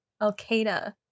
Al-Qaeda